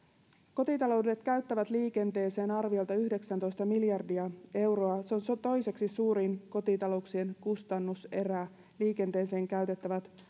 kotitaloudet käyttävät liikenteeseen arviolta yhdeksäntoista miljardia euroa se on se on toiseksi suurin kotitalouksien kustannuserä nämä liikenteeseen käytettävät